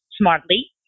smartly